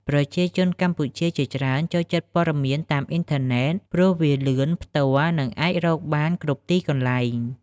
ប្រជាជនកម្ពុជាជាច្រើនចូលចិត្តព័ត៌មានតាមអ៊ីនធឺណិត ព្រោះវាលឿន ផ្ទាល់ និងអាចរកបានគ្រប់ទីកន្លែង។